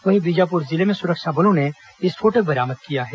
वहीं बीजापुर जिले में सुरक्षा बलों ने विस्फोटक बरामद किया है